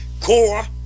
core